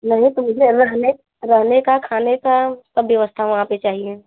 नहीं तो मुझे रहने की खाने की सब व्यवस्था वहाँ पर चाहिए